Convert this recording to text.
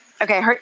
Okay